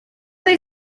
they